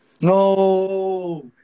No